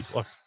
Look